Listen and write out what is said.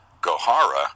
Gohara